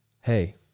Hey